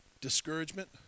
discouragement